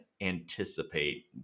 anticipate